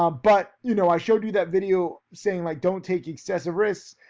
um but you know, i showed you that video, saying like don't take excessive risks.